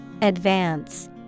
Advance